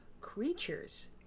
creatures